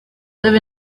live